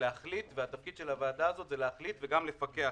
כדי להחליט והתפקיד של הוועדה הזאת זה להחליט וגם לפקח